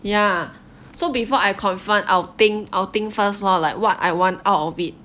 ya so before I confront I'll think I'll think first lor like what I want out of it